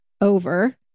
over